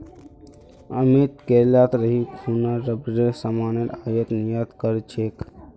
अमित केरलत रही खूना रबरेर सामानेर आयात निर्यात कर छेक